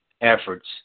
efforts